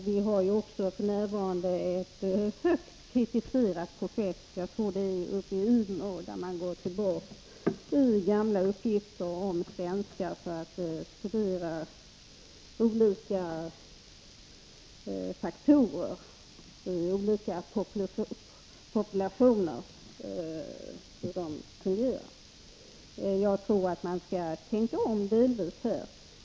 Vi har f. n. också ett mycket starkt kritiserat projekt — jag tror att det är i Umeå — där man går tillbaka i gamla uppgifter om svenskar för att studera hur olika faktorer ger utslag i olika populationer. Man skall tänka om i den här frågan.